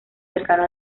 cercano